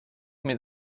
mes